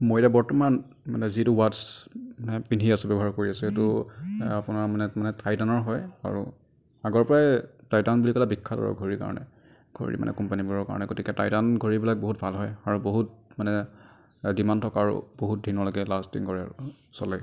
মই এতিয়া বৰ্তমান মানে যিটো ৱাটচ্ছ মানে পিন্ধি আছোঁ ব্যৱহাৰ কৰি আছোঁ সেইটো আপোনাৰ মানে টাইটানৰ হয় আৰু আগৰ পৰাই টাইটান বুলি ক'লে বিখ্যাত আৰু ঘড়ীৰ কাৰণে ঘড়ীৰ মানে কোম্পানীবোৰৰ কাৰণে গতিকে টাইটান ঘড়ীবিলাক বহুত ভাল হয় আৰু বহুত মানে ডিমাণ্ড থকা আৰু বহুত দিনলৈকে লাষ্টিং কৰে আৰু চলে